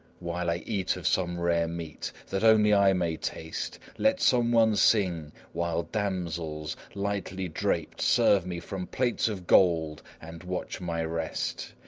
while i eat of some rare meat, that only i may taste, let some one sing, while damsels, lightly draped, serve me from plates of gold and watch my rest.